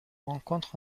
rencontre